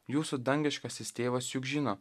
jūsų dangiškasis tėvas juk žino